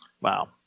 wow